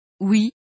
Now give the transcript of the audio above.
Oui